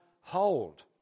hold